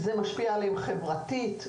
זה משפיע עליהם חברתית,